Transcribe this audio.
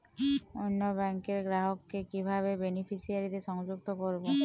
অন্য ব্যাংক র গ্রাহক কে কিভাবে বেনিফিসিয়ারি তে সংযুক্ত করবো?